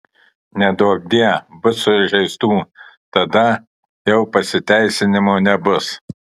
neduokdie bus sužeistų tada jau pasiteisinimo nebus